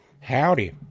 Howdy